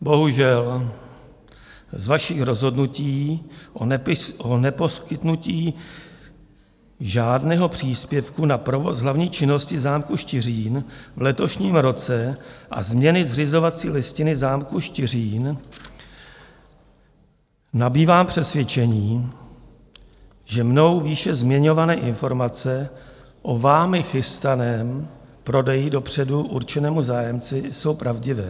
Bohužel z vašich rozhodnutí o neposkytnutí žádného příspěvku na provoz hlavní činnosti zámku Štiřín v letošním roce a změny zřizovací listiny zámku Štiřín nabývám přesvědčení, že mnou výše zmiňované informace o vámi chystaném prodeji dopředu určenému zájemci jsou pravdivé.